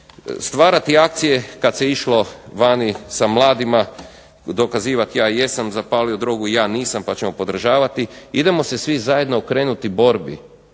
stvarati akcije kad se išlo vani sa mladima dokazivati ja jesam zapalio drogu, ja nisam pa ćemo podržavati. Idemo se svi zajedno okrenuti borbi